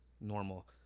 normal